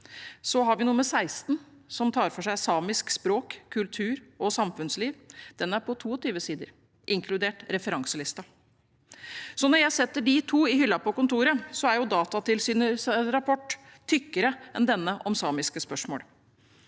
16 for 2021–2022, som tar for seg samisk språk, kultur og samfunnsliv. Den er på 22 sider, inkludert referanselisten. Når jeg setter disse to i hyllen på kontoret, er Datatilsynets rapport tykkere enn den om samiske spørsmål.